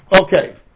Okay